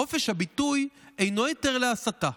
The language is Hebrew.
חופש הביטוי הינו היתר להסתה,